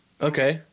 Okay